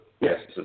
Yes